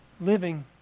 living